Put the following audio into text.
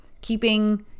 keeping